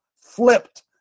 flipped